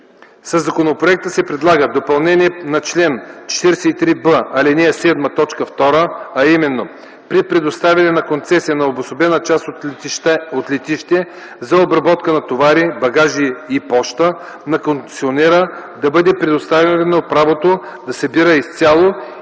Със законопроекта се предлага допълнение на чл. 43б, ал. 7, т. 2, а именно – при предоставяне на концесия на обособена част от летище за обработка на товари, багажи и поща, на концесионера да бъде предоставено правото да събира изцяло